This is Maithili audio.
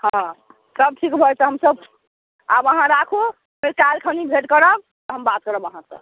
हँ सभ ठीक भऽ जेतै हमसभ आब अहाँ राखू फेर काल्हि खनि भेट करब हम बात करब अहाँसँ